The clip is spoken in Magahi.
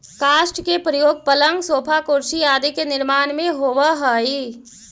काष्ठ के प्रयोग पलंग, सोफा, कुर्सी आदि के निर्माण में होवऽ हई